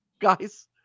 Guys